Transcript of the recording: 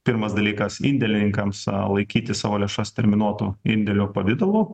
pirmas dalykas indėlininkams laikyti savo lėšas terminuotų indėlių pavidalu